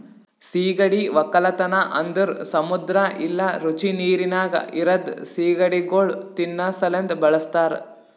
ಸೀಗಡಿ ಒಕ್ಕಲತನ ಅಂದುರ್ ಸಮುದ್ರ ಇಲ್ಲಾ ರುಚಿ ನೀರಿನಾಗ್ ಇರದ್ ಸೀಗಡಿಗೊಳ್ ತಿನ್ನಾ ಸಲೆಂದ್ ಬಳಸ್ತಾರ್